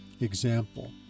Example